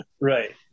Right